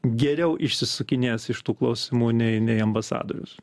geriau išsisukinės iš tų klausimų nei nei ambasadorius